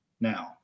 now